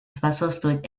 способствовать